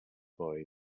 boy